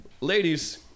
ladies